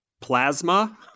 plasma